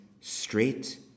straight